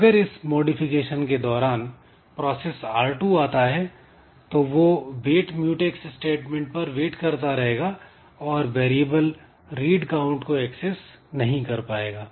अगर इस मॉडिफिकेशन के दौरान प्रोसेस R2 आता है तो वह वेट म्यूटैक्स स्टेटमेंट पर वेट करता रहेगा और वेरिएबल "रीड काउंट" को एक्सेस नहीं कर पाएगा